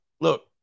Look